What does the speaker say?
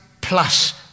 plus